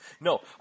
No